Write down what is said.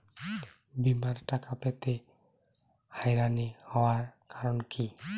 বিমার টাকা পেতে হয়রানি হওয়ার কারণ কি?